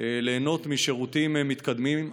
ליהנות משירותים מתקדמים.